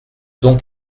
donc